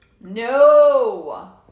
No